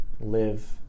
live